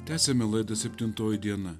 tęsiame laidą septintoji diena